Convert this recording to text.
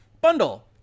bundle